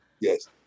Yes